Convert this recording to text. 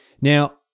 Now